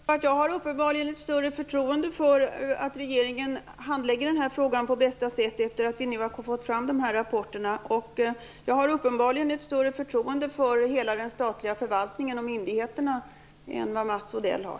Herr talman! Jag har uppenbarligen ett större förtroende för att regeringen handlägger den här frågan på bästa sätt efter att vi nu har fått fram de här rapporterna. Jag har uppenbarligen också ett större förtroende för hela den statliga förvaltningen och myndigheterna än Mats Odell har.